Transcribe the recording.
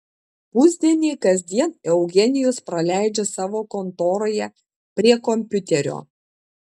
pusdienį kasdien eugenijus praleidžia savo kontoroje prie kompiuterio